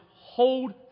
hold